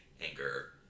anger